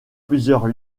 plusieurs